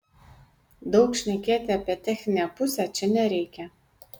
daug šnekėti apie techninę pusę čia nereikia